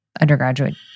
undergraduate